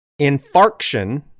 infarction